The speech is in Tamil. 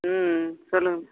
ம் சொல்லுங்கள்